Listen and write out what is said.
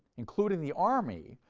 including the army,